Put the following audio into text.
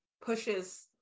pushes